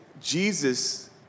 Jesus